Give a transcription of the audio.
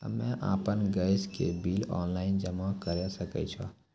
हम्मे आपन गैस के बिल ऑनलाइन जमा करै सकै छौ?